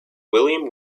william